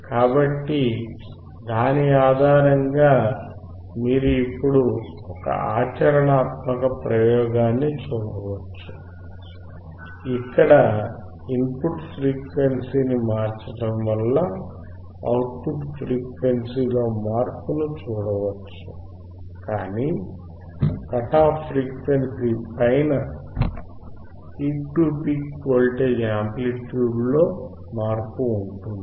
కాబట్టి దాని ఆధారంగా మీరు ఇప్పుడు ఒక ఆచరణాత్మక ప్రయోగాన్ని చూడవచ్చు ఇక్కడ ఇన్ పుట్ ఫ్రీక్వెన్సీని మార్చడం వల్ల అవుట్ పుట్ ఫ్రీక్వెన్సీలో మార్పును చూడవచ్చు కాని కట్ ఆఫ్ ఫ్రీక్వెన్సీ పైన peak to peak voltage amplitude లో మార్పు ఉంటుంది